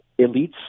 elites